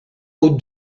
aux